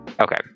Okay